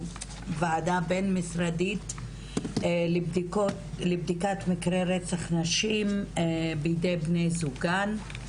או הוועדה בין משרדית לבדיקת מקרי רצח נשים בידי בני זוגן.